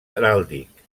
heràldic